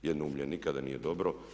Jednoumlje nikada nije dobro.